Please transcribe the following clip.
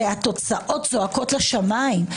הרי התוצאות זועקות לשמים.